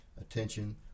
attention